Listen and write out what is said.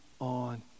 on